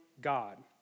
God